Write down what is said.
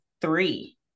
three